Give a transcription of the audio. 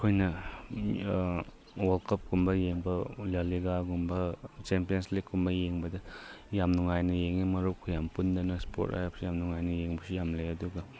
ꯑꯩꯈꯣꯏꯅ ꯋꯥꯔꯜ ꯀꯞꯀꯨꯝꯕ ꯌꯦꯡꯕ ꯆꯦꯝꯄꯤꯌꯟ ꯂꯤꯛꯀꯨꯝꯕ ꯌꯦꯡꯕꯗ ꯌꯥꯝ ꯅꯨꯡꯉꯥꯏꯅ ꯌꯦꯡꯏ ꯃꯔꯨꯞꯀ ꯌꯥꯝ ꯄꯨꯟꯗꯅ ꯁ꯭ꯄꯣꯔꯠ ꯍꯥꯏꯕꯁꯤ ꯌꯥꯝ ꯅꯨꯡꯉꯥꯏꯅ ꯌꯦꯡꯕꯁꯨ ꯌꯥꯝ ꯂꯩ ꯑꯗꯨꯒ